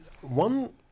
One